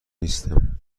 نیستم